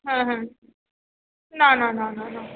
হ্যাঁ হ্যাঁ না না না না না